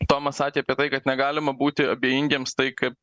tomas sakė apie tai kad negalima būti abejingiems tai kad